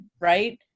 Right